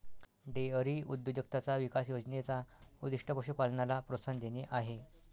dairy उद्योजकताचा विकास योजने चा उद्दीष्ट पशु पालनाला प्रोत्साहन देणे आहे